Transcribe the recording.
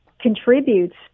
contributes